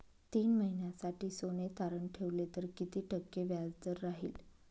तीन महिन्यासाठी सोने तारण ठेवले तर किती टक्के व्याजदर राहिल?